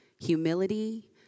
humility